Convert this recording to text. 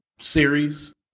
Series